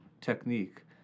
technique